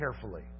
carefully